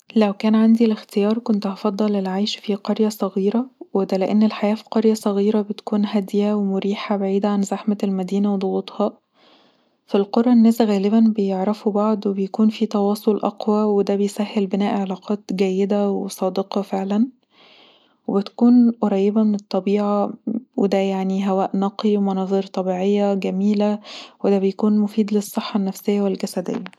لو كان عندي الاحتيار كنت هفضل العيش في قرية صغيره وده لأن الحياه في قرية صغيره بتكون هاديه ومريحه بعيده عن زحمة المدينة وضغوطها في القري الناس غالبا بيعرفوا بعض وبسكون فيه تواصل أقوي وده بيسهل بناء علاقات جيده وصادقه فعلا وبتكون قريبه من الطبيعه وده يعني هواء نقي ومناظر طبيعية جميلة وده بيكون مفيد للصحة النفسية والجسدية